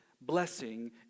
blessing